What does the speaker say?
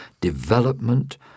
development